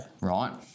right